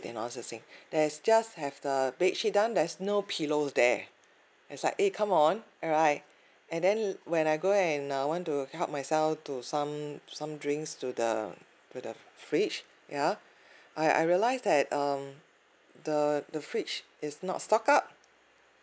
and all this thing there's just have the bedsheet done there's no pillows there it's like eh come on alright and then when I go and uh want to help myself to some some drinks to the to the fridge ya I I realise that um the the fridge is not stock up